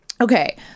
Okay